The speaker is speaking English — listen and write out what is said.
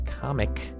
comic